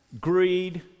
Greed